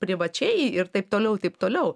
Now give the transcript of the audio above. privačiai ir taip toliau taip toliau